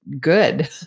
good